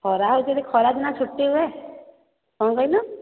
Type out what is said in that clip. ଖରା ହେଉଛି ଯେ ଖରା ଦିନେ ଛୁଟି ହୁଏ କ'ଣ କହିଲୁ